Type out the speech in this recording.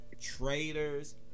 traitors